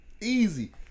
Easy